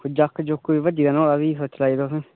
जाक्क ज़ुक्क बी भज्जे दा नुहाड़ा फ्ही सोची लैएओ तुस